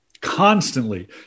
constantly